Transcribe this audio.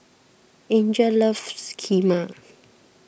Angel loves Kheema